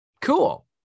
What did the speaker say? cool